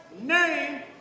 name